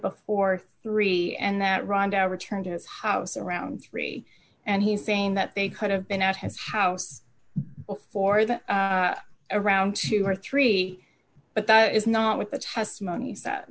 before three and that rhonda returned to his house around three and he's saying that they could have been at his house before that around two or three but that is not with the testimon